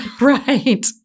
Right